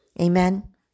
Amen